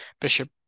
bishop